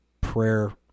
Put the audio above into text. prayer